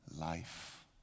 life